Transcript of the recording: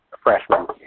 freshman